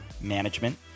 management